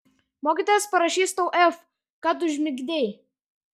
mokytojas parašys tau f kad užmigdei